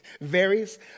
varies